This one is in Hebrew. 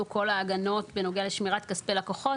כל ההגנות בנוגע לשמירת כספי לקוחות.